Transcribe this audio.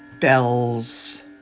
bells